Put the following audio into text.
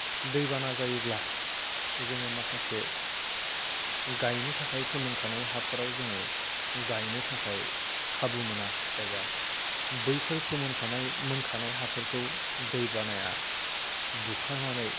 दैबाना जायोब्ला जोङो माखासे गायनो थाखाय फोमोनखानाय हाफोराव जोङो गायनो थाखाय खाबु मोना एबा बैफोर फोमोनखानाय मोनखानाय हाफोरखौ दैबानाया बुखारनानै